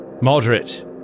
Moderate